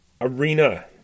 Arena